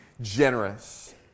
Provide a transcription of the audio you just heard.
generous